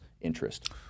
interest